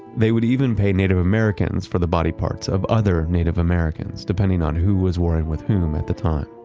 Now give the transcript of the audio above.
they would even pay native americans for the body parts of other native americans depending on who was war-ing with whom at the time.